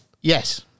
Yes